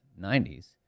90s